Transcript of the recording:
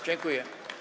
Dziękuję.